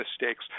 mistakes